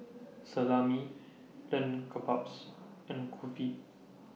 Salami Lamb Kebabs and Kulfi